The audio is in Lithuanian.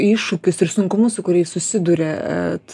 iššūkius ir sunkumus su kuriais susiduriate